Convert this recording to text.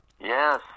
Yes